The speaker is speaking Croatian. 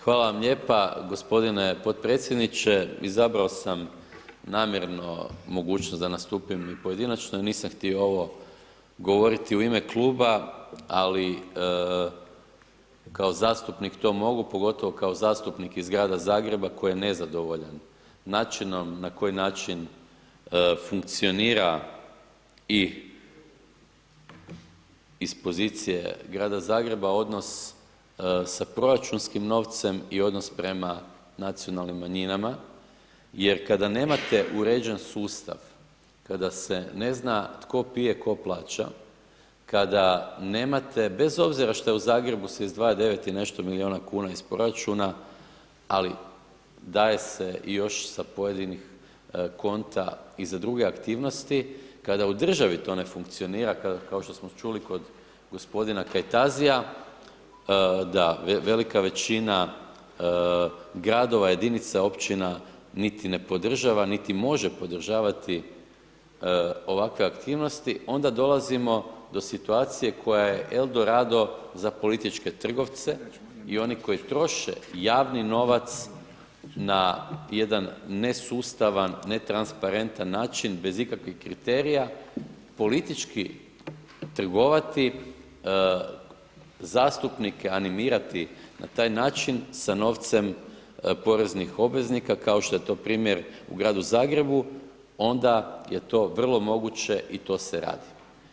Hvala vam lijepa gospodine podpredsjedniče, izabrao sam namjerno mogućnost da nastupim i pojedinačno, nisam htio ovo u ime kluba ali kao zastupnik to mogu, pogotovo kao zastupnik iz Grada Zagreba koji je nezadovoljan načinom, na koji način funkcionira i iz pozicije Grada Zagreba odnos sa proračunskim novcem i odnos prema nacionalnim manjinama jer kada nemate uređen sustav, kada se ne zna tko pije ko plaća, kada nemate, bez obzira što je u Zagrebu se izdvaja 9 i nešto miliona kuna iz proračuna, ali daje se još sa pojedinih konta i za druge aktivnosti, kada u državi to ne funkcionira, kao što smo čuli kod gospodina Kajtazia, da velika većina gradova, jedinica općina niti ne podržava, niti može podržavati ovakve aktivnosti, onda dolazimo do situacije koja je el dorado za političke trgovce i oni koji troše javni novac na jedan nesustavan, netransparentan način bez ikakvih kriterija, politički trgovati, zastupnike animirati na taj način sa novcem poreznih obveznika kao što je to primjer u Gradu Zagrebu onda je to vrlo moguće i to se radi.